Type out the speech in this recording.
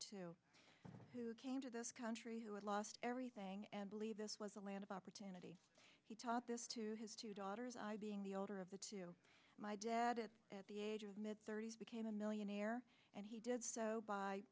two who came to this country who had lost everything and believe this was a land of opportunity he taught this to his two daughters i being the older of the two my dad at at the age of mid thirty's became a millionaire and he did so by